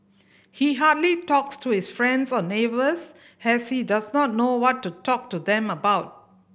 he hardly talks to his friends or neighbours has he does not know what to talk to them about